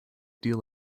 deal